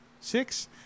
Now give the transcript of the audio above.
six